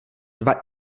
dva